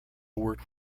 worked